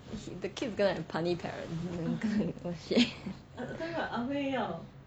the kid is going to have puny parent oh shit